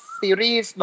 series